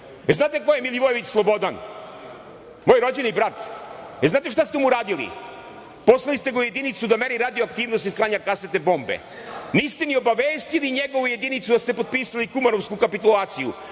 li ko je Milivojević Slobodan? Moj rođeni brat. Znate li šta ste mu uradili? Poslali ste ga u jedinicu da meri radioaktivnost i sklanja kasetne bombe. Niste ni obavestili njegovu jedinicu da ste potpisali kumanovsku kapitulaciju.